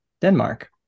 Denmark